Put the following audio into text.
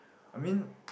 I mean